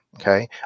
okay